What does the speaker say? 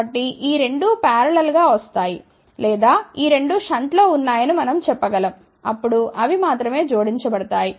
కాబట్టి ఈ రెండూ పారలల్ గా వస్తాయి లేదా ఈ రెండూ షంట్లో ఉన్నాయని మనం చెప్ప గలం అప్పుడు అవి మాత్రమే జోడించబడతాయి